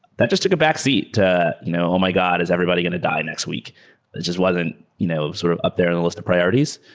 that just took a backseat to, you know oh my god! is everybody going to die next week just wasn't you know sort of up there in the list of priorities.